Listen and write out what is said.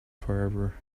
forever